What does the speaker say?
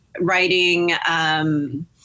writing